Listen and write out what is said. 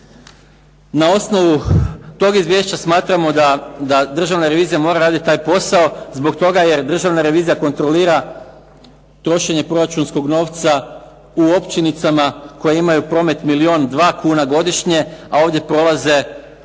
na osnovu tog izvješća smatramo da Državna revizija mora raditi taj posao zbog toga jer Državna revizija kontrolira trošenje proračunskog novca u općinicama koje imaju promet milijun, dva kuna godišnje, a ovdje prolaze,